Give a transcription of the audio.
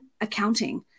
accounting